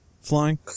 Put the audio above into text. flying